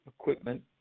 equipment